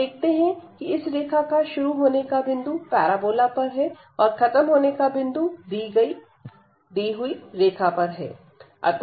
हम देखते हैं कि इस रेखा का शुरू होने का बिंदु पैराबोला पर है और खत्म होने का बिंदु दी हुई रेखा पर है